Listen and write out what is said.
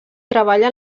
treballa